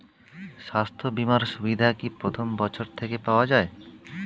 স্বাস্থ্য বীমার সুবিধা কি প্রথম বছর থেকে পাওয়া যায়?